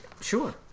Sure